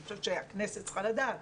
אני חושבת שהכנסת צריכה לדעת,